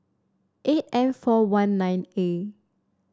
eight M four one nine A